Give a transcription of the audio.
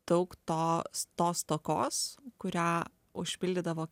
daug tos tos stokos kurią užpildydavo